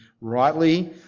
rightly